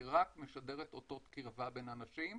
היא רק משדרת אותות קירבה בין אנשים.